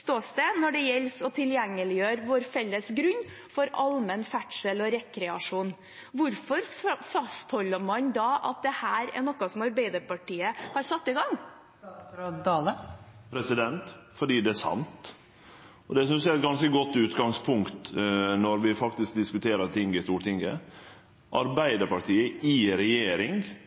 ståsted når det gjelder å tilgjengeliggjøre vår felles grunn for allmenn ferdsel og rekreasjon. Hvorfor fastholder man da at dette er noe som Arbeiderpartiet har satt i gang? Fordi det er sant, og det synest eg faktisk er eit ganske godt utgangspunkt når vi diskuterer ting i Stortinget. Arbeidarpartiet i regjering